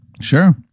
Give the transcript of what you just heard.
Sure